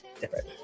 different